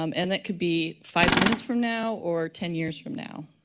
um and that could be five minutes from now or ten years from now.